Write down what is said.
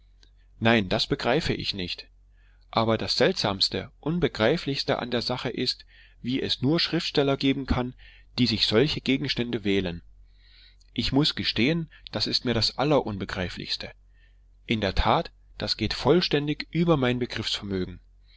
nein das begreife ich nicht aber das seltsamste unbegreiflichste an der sache ist wie es nur schriftsteller geben kann die sich solche gegenstände wählen ich muß gestehen das ist mir das allerunbegreiflichste in der tat das geht vollständig über mein